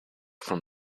from